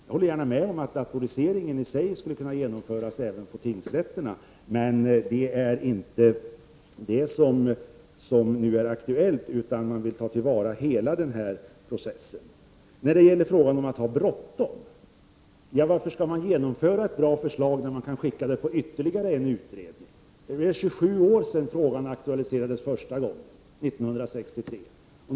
Jag håller gärna med om att datoriseringen i sig skulle kunna genomföras även på tingsrätterna. Men det är inte aktuellt just nu, utan man vill ta till vara hela processen. Man har frågat varför det är så bråttom. Ja, varför skall man genomföra ett bra förslag när man kan skicka det på ytterligare en utredning? Det är 27 år sedan frågan aktualiserades första gången, 1963.